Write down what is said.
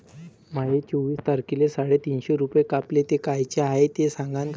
माये चोवीस तारखेले साडेतीनशे रूपे कापले, ते कायचे हाय ते सांगान का?